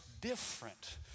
different